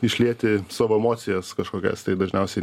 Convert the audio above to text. išlieti savo emocijas kažkokias tai dažniausiai